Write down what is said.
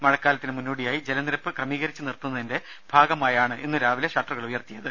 മഴക്കാലത്തിനു മുന്നോടിയായി ജലനിരപ്പ് ക്രമീകരിച്ചു നിർത്തുന്നതിന്റെ ഭാഗമായാണ് ഇന്നു രാവിലെ ഷട്ടറുകൾ ഉയർത്തിയത്